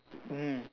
mm